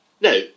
Now